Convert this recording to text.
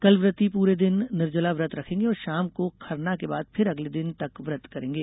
कल व्रती पूरे दिन निर्जला व्रत रखेंगे और शाम को खरना के बाद फिर अगले दिन तक व्रत करेंगे